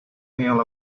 neal